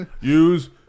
use